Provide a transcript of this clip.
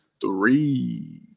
three